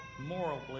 morally